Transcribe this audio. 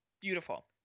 Beautiful